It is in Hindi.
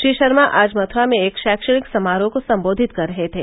श्री शर्मा आज मथुरा में एक शैक्षणिक समारोह को संबोधित कर रहे थे